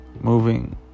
moving